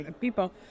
people